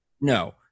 No